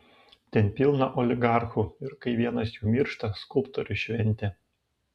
ten pilna oligarchų ir kai vienas jų miršta skulptoriui šventė